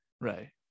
Right